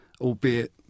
albeit